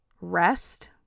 rest